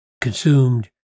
consumed